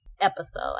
episode